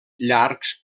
llargs